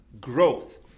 growth